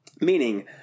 Meaning